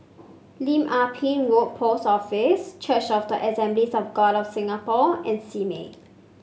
Lim Ah Pin Road Post Office Church of the Assemblies of God of Singapore and Simei